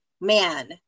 man